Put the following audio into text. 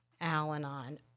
Al-Anon